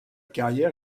carrière